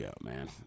man